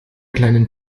kleinen